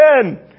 again